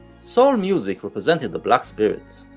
soul music represented the black spirit,